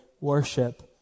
worship